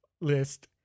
list